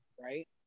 Right